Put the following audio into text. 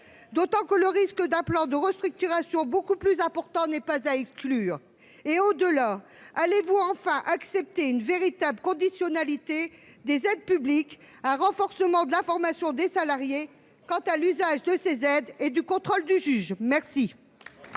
d’autant que le risque d’un plan de restructuration beaucoup plus important n’est pas à exclure ? Au delà, va t il enfin accepter une véritable conditionnalité des aides publiques au renforcement de l’information des salariés quant à l’usage qui en est fait et au contrôle du juge ? La